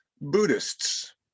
Buddhists